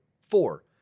four